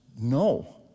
No